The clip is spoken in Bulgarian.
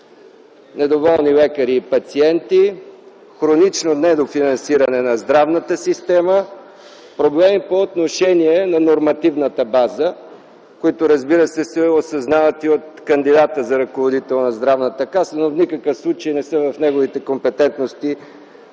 недоволни лекари и пациенти, хронично недофинансиране на здравната система, проблеми по отношение на нормативната база, които, разбира се, се осъзнават от кандидата за ръководител на Здравната каса, но в никакъв случай не са в неговите компетентности